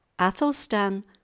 Athelstan